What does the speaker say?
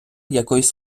якоїсь